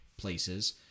places